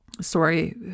Sorry